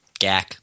Gak